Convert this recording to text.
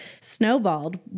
snowballed